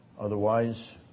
Otherwise